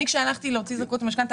כשאני הלכתי להוציא זכאות למשכנתא,